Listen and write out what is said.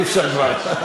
אי-אפשר כבר.